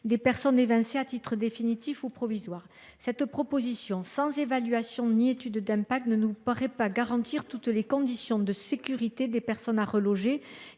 des personnes évincées, à titre définitif ou provisoire. Cette proposition, sans évaluation ni étude d’impact, ne nous paraît pas remplir toutes les conditions de sécurité des personnes à reloger,